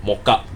mocha